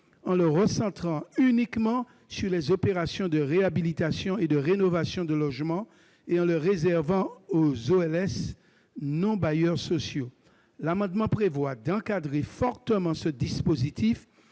en le recentrant uniquement sur les opérations de réhabilitation et de rénovation de logements, et en le réservant aux OLS non bailleurs sociaux. Nous prévoyons d'encadrer fortement ce dispositif